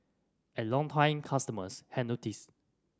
and longtime customers had noticed